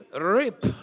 rip